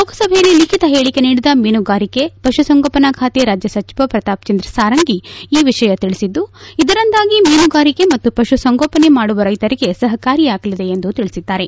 ಲೋಕಸಭೆಯಲ್ಲಿ ಲಿಬಿತ ಹೇಳಿಕೆ ನೀಡಿದ ಮೀನುಗಾರಿಕೆ ಪಶುಸಂಗೋಪನಾ ಖಾತೆ ರಾಜ್ನ ಸಚಿವ ಪ್ರತಾಪ್ಚಂದ್ರ ಸಾರಂಗಿ ಈ ವಿಷಯ ತಿಳಿಸಿದ್ದು ಇದರಿಂದಾಗಿ ಮೀನುಗಾರಿಕೆ ಮತ್ತು ಪಶುಸಂಗೋಪನೆ ಮಾಡುವ ರೈತರಿಗೆ ಸಹಕಾರಿಯಾಗಲಿದೆ ಎಂದು ತಿಳಿಸಿದ್ದಾರೆ